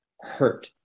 hurt